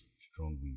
strongly